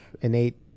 innate